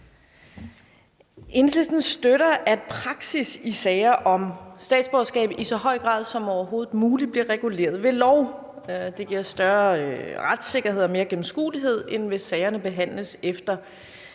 Enhedslisten støtter, at praksis i sager om statsborgerskab i så høj grad som overhovedet muligt bliver reguleret ved lov. Det giver større retssikkerhed og mere gennemskuelighed, end hvis sagerne behandles efter